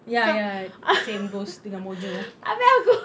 ya ya same goes dengan mojo